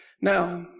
Now